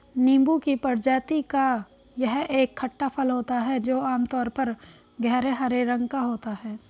नींबू की प्रजाति का यह एक खट्टा फल होता है जो आमतौर पर गहरे हरे रंग का होता है